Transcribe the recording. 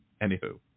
Anywho